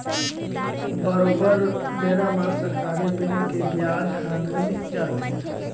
बरोबर बेरा म सरकारी बेंक के बियाज ह मिलीच जाथे